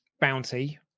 Bounty